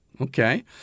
Okay